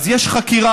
אז יש חקירה.